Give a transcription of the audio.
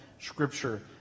scripture